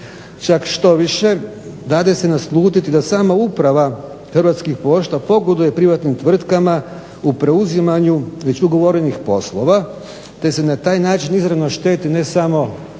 Čak štoviše dade se naslutiti da sama uprava Hrvatskih pošta pogoduje privatnim tvrtkama u preuzimanju već ugovorenih poslova te se na taj način izravno šteti ne samo poduzeću